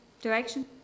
direction